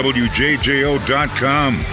wjjo.com